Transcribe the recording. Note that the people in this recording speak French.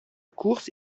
course